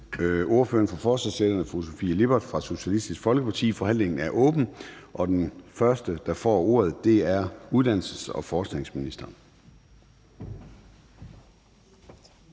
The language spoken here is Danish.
ordføreren for forslagsstilleren, fru Sofie Lippert fra Socialistisk Folkeparti. Forhandlingen er åbnet, og den første, der får ordet, er uddannelses- og forskningsministeren.